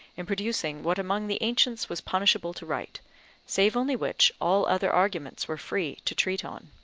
in producing what among the ancients was punishable to write save only which, all other arguments were free to treat on.